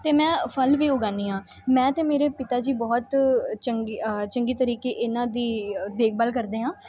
ਅਤੇ ਮੈਂ ਫਲ ਵੀ ਉਗਾਉਂਦੀ ਹਾਂ ਮੈਂ ਅਤੇ ਮੇਰੇ ਪਿਤਾ ਜੀ ਬਹੁਤ ਚੰਗੀ ਚੰਗੀ ਤਰੀਕੇ ਇਹਨਾਂ ਦੀ ਦੇਖਭਾਲ ਕਰਦੇ ਹਾਂ